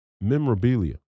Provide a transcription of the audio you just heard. memorabilia